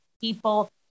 people